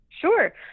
Sure